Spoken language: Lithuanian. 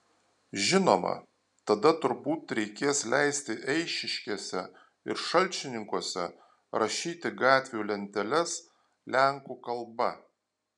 žinoma tada turbūt reikės leisti eišiškėse ir šalčininkuose rašyti gatvių lenteles lenkų kalba